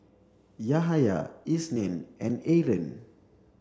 Yahaya Isnin and Aaron